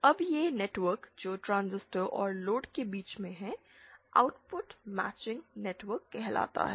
अब यह नेटवर्क जो ट्रांजिस्टर और लोड के बीच है आउटपुट मैचिंग नेटवर्क कहलाता है